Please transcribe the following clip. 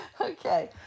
okay